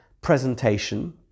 presentation